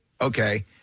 okay